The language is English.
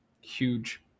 huge